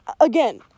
again